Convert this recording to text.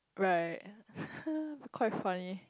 right quite funny